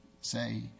say